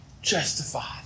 justified